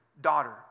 daughter